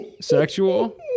sexual